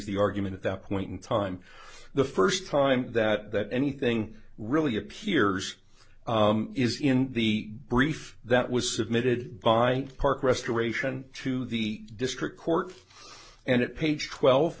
the argument at that point in time the first time that anything really appears is in the brief that was submitted by park restoration to the district court and at page twelve